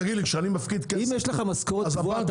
אם יש לך משכורת קבועה,